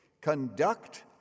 conduct